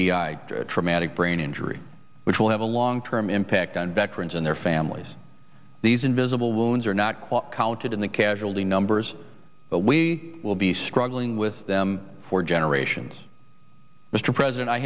b i traumatic brain injury which will have a long term impact on veterans and their families these invisible wounds are not quote counted in the casualty numbers we will be struggling with them for generations mr president i